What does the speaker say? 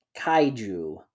Kaiju